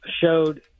showed